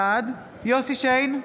בעד יוסף שיין,